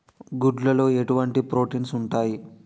గుడ్లు లో ఎటువంటి ప్రోటీన్స్ ఉంటాయి?